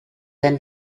then